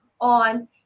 on